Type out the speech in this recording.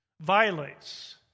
violates